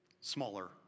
Smaller